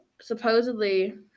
supposedly